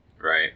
right